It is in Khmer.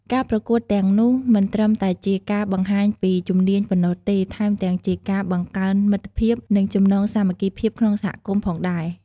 ការប្រកួតទាំងនោះមិនត្រឹមតែជាការបង្ហាញពីជំនាញប៉ុណ្ណោះទេ ថែមទាំងជាការបង្កើនមិត្តភាព និងចំណងសាមគ្គីភាពក្នុងសហគមន៍ផងដែរ។